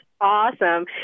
awesome